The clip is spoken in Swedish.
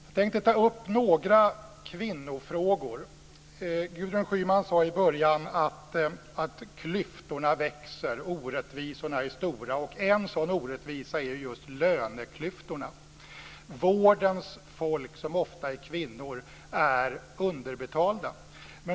Jag tänkte ta upp några kvinnofrågor. Gudrun Schyman sade i början att klyftorna växer, orättvisorna är stora. En sådan orättvisa är löneklyftorna. Vårdens folk, som ofta är kvinnor, är underbetalda.